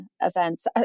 events